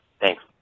Thanks